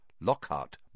Lockhart